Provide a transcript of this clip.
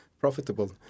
profitable